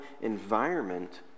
environment